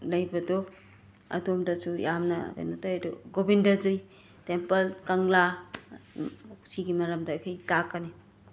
ꯂꯩꯕꯗꯣ ꯑꯗꯣꯝꯗꯁꯨ ꯌꯥꯝꯅ ꯀꯦꯅꯣꯇꯧꯋꯦ ꯑꯗꯨ ꯒꯣꯕꯤꯟꯗꯖꯤ ꯇꯦꯝꯄꯜ ꯀꯪꯂꯥ ꯁꯤꯒꯤ ꯃꯔꯝꯗꯈꯩ ꯇꯥꯛꯀꯅꯤ